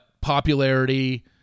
popularity